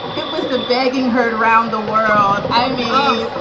it was the begging heard around the world. i mean,